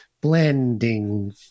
Blending